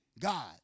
God